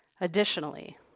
Additionally